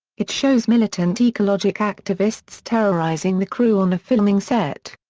it shows militant ecologic activists terrorizing the crew on a filming set.